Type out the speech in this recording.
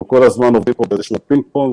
אנחנו כל הזמן עובדים כאן באיזשהו פינג פונג,